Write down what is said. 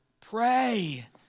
pray